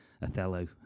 Othello